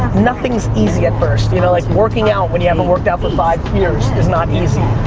nothing's easy at first, you know like working out when you haven't worked out for five years is not easy,